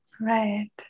Right